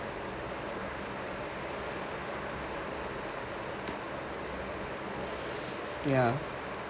ya